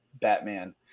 Batman